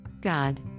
God